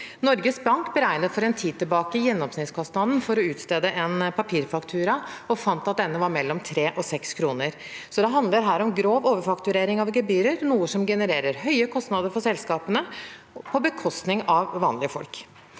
Norges Bank beregnet for en tid tilbake gjennomsnittskostnaden for å utstede en papirfaktura og fant at denne var mellom 3 og 6 kr. Så her handler det om grov overfakturering av gebyrer, noe som genererer høye inntekter til selskapene på bekostning av vanlige folk.